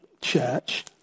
church